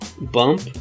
bump